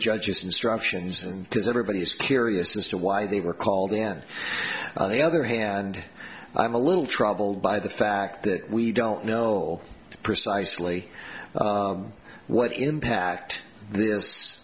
judge's instructions and because everybody is curious as to why they were called in on the other hand i'm a little troubled by the fact that we don't know precisely what impact